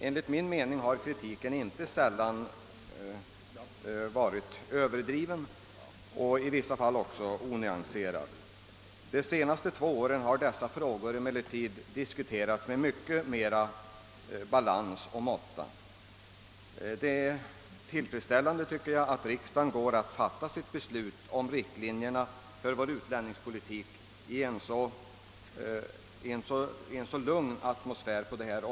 Enligt min mening har kritiken inte sällan varit överdriven, i vissa fall också onyanserad. De senaste två åren har dessa frågor emellertid diskuterats med mycket mer balans och måtta. Det är tillfredsställande, tycker jag, att riksdagen går att fatta sitt beslut om riktlinjerna för vår utlänningspolitik i en så lugn atmosfär.